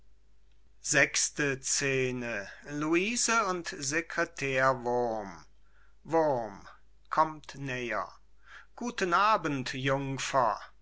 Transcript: luise und secretär wurm wurm kommt näher guten abend jungfer